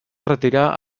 retirar